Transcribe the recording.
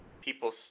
people